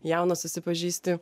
jaunas susipažįsti